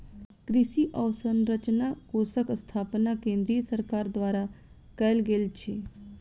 कृषि अवसंरचना कोषक स्थापना केंद्रीय सरकार द्वारा कयल गेल अछि